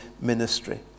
ministry